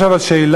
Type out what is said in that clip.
יש אבל שאלה,